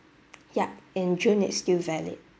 yup in june it's still valid